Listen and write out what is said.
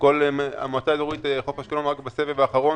המועצה האזורית חוף אשקלון בסבב האחרון,